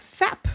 fap